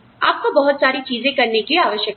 आपको बहुत सारी चीजें करने की आवश्यकता है